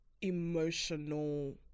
emotional